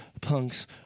Punk's